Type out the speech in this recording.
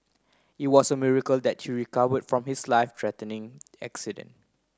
it was a miracle that he recovered from his life threatening accident